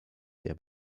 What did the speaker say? sehr